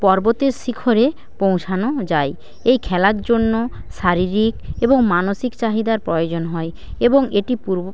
পর্বতের শিখরে পৌঁছানো যায় এই খেলার জন্য শারীরিক এবং মানসিক চাহিদার প্রয়োজন হয় এবং এটি পূর্ব